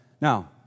Now